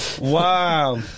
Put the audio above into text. Wow